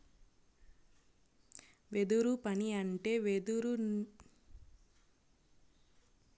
వెదురు పని అంటే వెదురు నుంచి వివిధ రకాల వస్తువులను తయారు చేసే నైపుణ్యం కలిగి ఉండడం